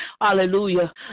Hallelujah